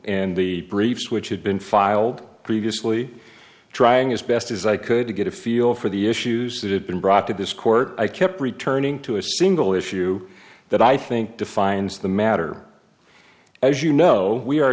and the briefs which had been filed previously trying as best as i could to get a feel for the issues that had been brought to this court i kept returning to a single issue that i think defines the matter as you know we are